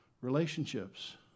relationships